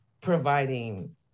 providing